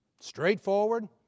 straightforward